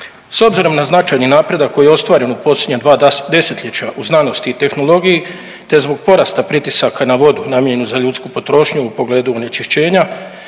S obzirom na značajni napredak koji je ostvaren u posljednja dva desetljeća u znanosti i tehnologiji te zbog porasta pritisaka na vodu namijenjenu za ljudsku potrošnju u pogledu onečišćenja,